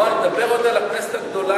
לא, אני מדבר עוד על כנסת הגדולה.